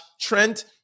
Trent